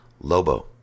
lobo